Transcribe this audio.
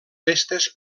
festes